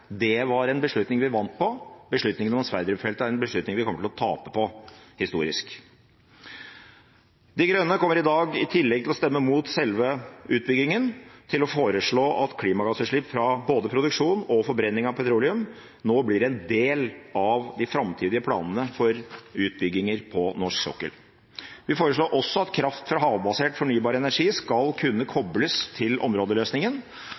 Det var en beslutning vi vant på. Beslutningen om Sverdrup-feltet er en beslutning vi kommer til å tape på historisk. De Grønne kommer i dag, i tillegg til å stemme imot selve utbyggingen, til å foreslå at klimagassutslipp fra både produksjon og forbrenning av petroleum nå blir en del av de framtidige planene for utbygginger på norsk sokkel. Vi foreslår også at kraft fra havbasert fornybar energi skal kunne kobles til områdeløsningen,